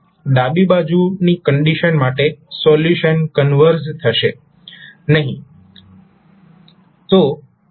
ડાબી બાજુની કંડીશન માટે સોલ્યુશન કન્વર્ઝ થશે નહીં